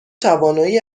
توانایی